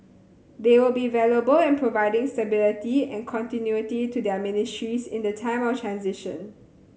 they will be valuable in providing stability and continuity to their ministries in the time of transition